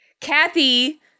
Kathy